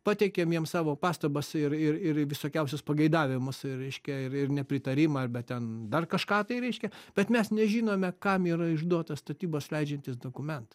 pateikėm jiem savo pastabas ir ir ir visokiausius pageidavimus reiškia ir nepritarimą arbe ten dar kažką tai reiškia bet mes nežinome kam yra išduotas statybas leidžiantis dokumentas